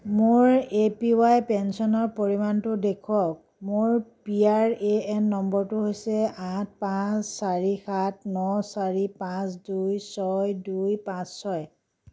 মোৰ A P Y পেঞ্চনৰ পৰিমাণটো দেখুৱাওক মোৰ পি আৰ এ এন নম্বৰটো হৈছে আঠ পাঁচ চাৰি সাত ন চাৰি পাঁচ দুই ছয় দুই পাঁচ ছয়